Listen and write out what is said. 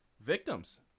victims